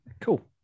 cool